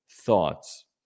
Thoughts